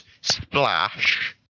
Splash